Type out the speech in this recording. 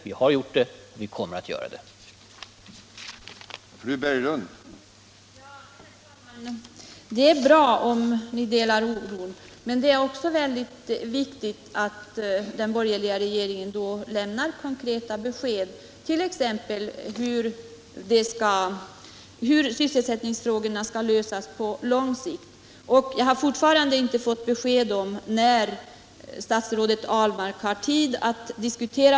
Vi har gjort det, och vi kommer att göra det även i fortsättningen.